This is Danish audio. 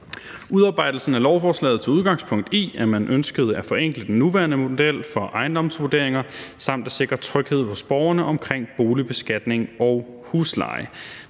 Udarbejdelsen af forslaget har taget udgangspunkt i, at man har ønsket at forenkle den nuværende model for ejendomsvurderinger samt at sikre tryghed hos borgerne omkring boligbeskatning og husleje.